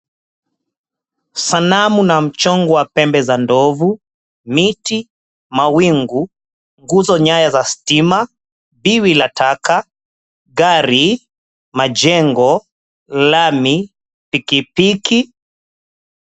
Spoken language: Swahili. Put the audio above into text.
Sanamu na mchongo wa pembe za ndovo, miti, mawingu, nguzo nyaya za stima, biwi la taka, gari, majengo, lami, pikipiki.